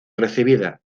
recibida